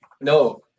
no